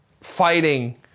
fighting